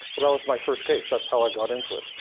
but that was my first case that's how i got into it.